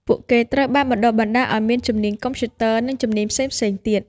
ពួកគេត្រូវបានបណ្តុះបណ្តាលឱ្យមានជំនាញកុំព្យូទ័រ និងជំនាញផ្សេងៗទៀត។